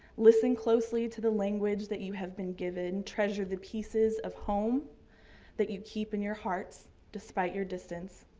listen closely to the language that you have been given, treasure the pieces of home that you keep in your hearts despite your distance,